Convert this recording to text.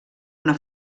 una